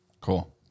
Cool